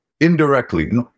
indirectly